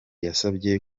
yansabye